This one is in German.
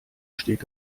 steht